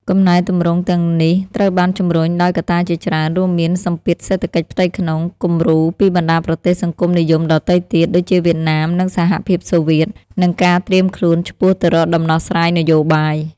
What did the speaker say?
កំណែទម្រង់ទាំងនេះត្រូវបានជំរុញដោយកត្តាជាច្រើន រួមមានសម្ពាធសេដ្ឋកិច្ចផ្ទៃក្នុង គំរូពីបណ្ដាប្រទេសសង្គមនិយមដទៃទៀត ដូចជាវៀតណាម និងសហភាពសូវៀត និងការត្រៀមខ្លួនឆ្ពោះទៅរកដំណោះស្រាយនយោបាយ ។